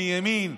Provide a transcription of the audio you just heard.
מימין,